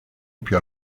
più